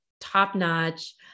top-notch